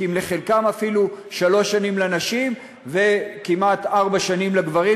כי אם לחלקם אפילו שלוש שנים לנשים וכמעט ארבע שנים לגברים,